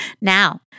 Now